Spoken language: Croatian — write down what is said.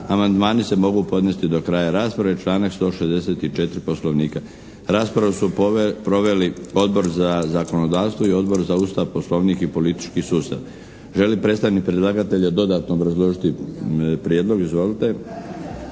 Amandmani se mogu podnesti do kraja rasprave, članak 164. Poslovnika. Raspravu su proveli Odbor za zakonodavstvo i Odbor za Ustav, Poslovnik i politički sustav. Želi predstavnik predlagatelja dodatno obrazložiti prijedlog? Izvolite.